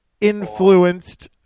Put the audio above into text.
influenced